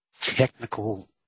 technical